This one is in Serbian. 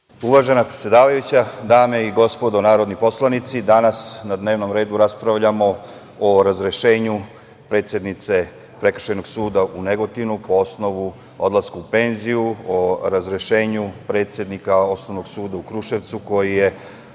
Uvažena predsedavajuća, dame i gospodo narodni poslanici, danas na dnevnom redu raspravljamo o razrešenju predsednice Prekršajnog suda u Negotinu po osnovu odlaska u penziju, o razrešenju predsednika Osnovnog suda u Kruševcu koji je